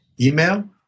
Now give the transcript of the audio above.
email